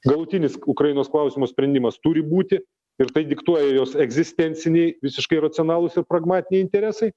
galutinis ukrainos klausimo sprendimas turi būti ir tai diktuoja jos egzistenciniai visiškai racionalūs ir pragmatiniai interesai